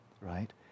right